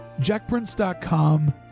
JackPrince.com